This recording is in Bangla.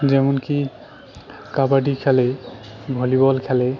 যেমন কি কাবাডি খেলে ভলিবল খেলে